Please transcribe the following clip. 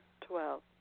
Twelve